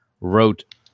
wrote